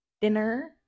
dinner